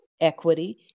equity